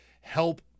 help